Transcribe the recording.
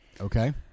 Okay